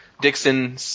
Dixon